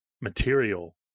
material